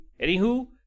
Anywho